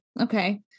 okay